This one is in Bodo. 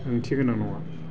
ओंथि गोनां नङा